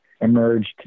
emerged